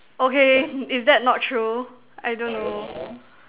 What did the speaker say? okay is that not true I don't know